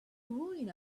ruin